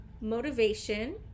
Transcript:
motivation